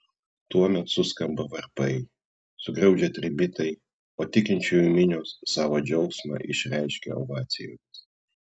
tuomet suskamba varpai sugaudžia trimitai o tikinčiųjų minios savo džiaugsmą išreiškia ovacijomis